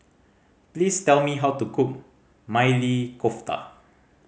please tell me how to cook Maili Kofta